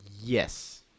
Yes